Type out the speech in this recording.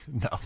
No